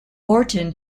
orton